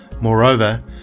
Moreover